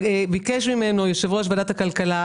ביקש ממנו יושב-ראש ועדת הכלכלה,